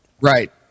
Right